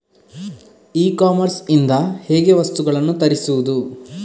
E commerce ಇಂದ ಹೇಗೆ ವಸ್ತುಗಳನ್ನು ತರಿಸುವುದು?